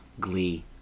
Glee